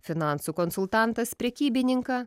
finansų konsultantas prekybininką